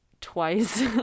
twice